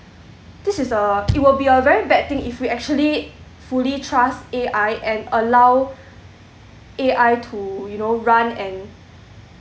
this is a it will be a very bad thing if we actually fully trust A_I and allow A_I to you know run and